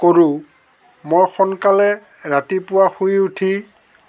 কৰোঁ মই সোনকালে ৰাতিপুৱা শুই উঠি